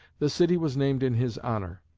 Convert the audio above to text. the city was named in his honor.